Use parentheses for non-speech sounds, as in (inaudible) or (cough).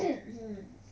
(coughs)